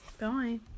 Bye